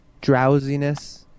drowsiness